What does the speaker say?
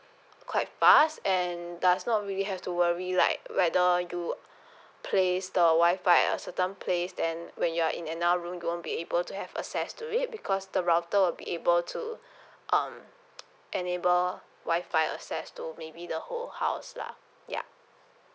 quite fast and does not really have to worry like whether you place the WI-FI at a certain place then when you're in another room you won't be able to have access to it because the router will be able to um enable WI-FI access to maybe the whole house lah ya